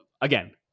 again